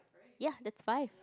ya that's five